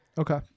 Okay